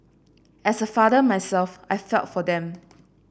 as a father myself I felt for them